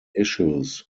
issues